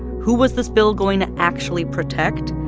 who was this bill going to actually protect?